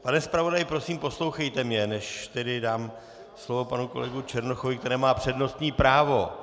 Pane zpravodaji, prosím, poslouchejte mě, než tedy dám slovo panu kolegovi Černochovi, který má přednostní právo.